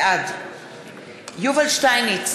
בעד יובל שטייניץ,